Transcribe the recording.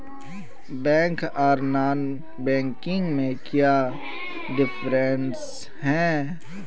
Bank आर non banking में क्याँ डिफरेंस है?